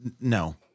no